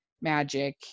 magic